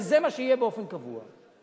וזה יהיה באופן קבוע.